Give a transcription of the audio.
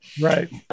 Right